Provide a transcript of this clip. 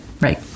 Right